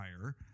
higher